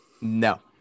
No